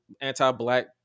anti-Black